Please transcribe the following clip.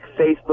Facebook